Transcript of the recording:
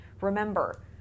remember